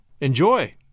Enjoy